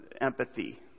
empathy